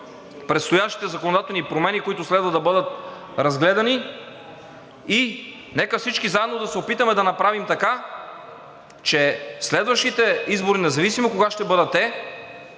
предстоящите законодателни промени, които следва да бъдат разгледани. Нека всички заедно да се опитаме да направим така, че следващите избори, независимо кога ще бъдат те,